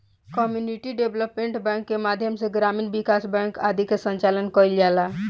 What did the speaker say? community development bank के माध्यम से ग्रामीण विकास बैंक आदि के संचालन कईल जाला